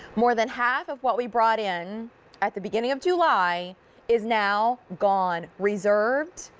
more than half of what we brought in at the beginning of july is now gone, reserved.